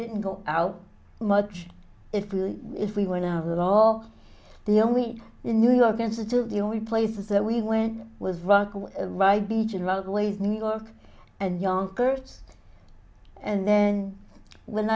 didn't go out much it really if we went out at all the only new york institute the only places that we went was rockaway beach in new york and younkers and then when